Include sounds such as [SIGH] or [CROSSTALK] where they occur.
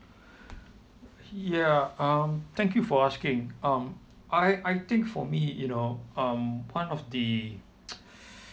ya um thank you for asking um I I think for me you know um one of the [NOISE]